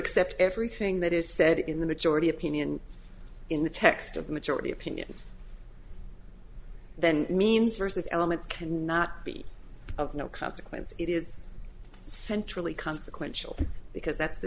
accept everything that is said in the majority opinion in the text of majority opinion then it means versus elements cannot be of no consequence it is centrally consequential because that's the